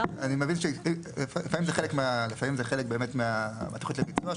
אני מבין שלפעמים זה חלק באמת מהתכנית לביצוע,